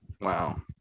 wow